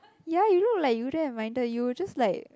ya you look like you wouldn't have minded you will just like